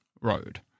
road